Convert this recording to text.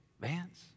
Vance